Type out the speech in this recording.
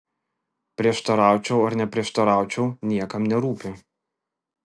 prieštaraučiau ar neprieštaraučiau niekam nerūpi